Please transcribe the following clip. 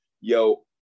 yo